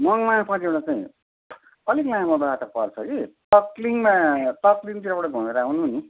मङमायापट्टिबाट चाहिँ अलिक लामो बाटो पर्छ कि तकलिङमा तकलिङतिरबाट घुमेर आउनु नि